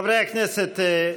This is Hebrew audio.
חברי הכנסת,